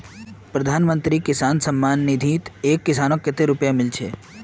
प्रधानमंत्री किसान सम्मान निधित एक किसानक कतेल रुपया मिल छेक